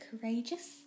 courageous